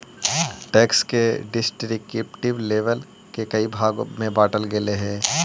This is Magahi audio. टैक्स के डिस्क्रिप्टिव लेबल के कई भाग में बांटल गेल हई